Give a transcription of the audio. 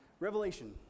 Revelation